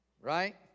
Right